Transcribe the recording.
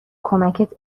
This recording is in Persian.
کمکت